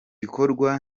bikorwa